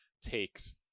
takes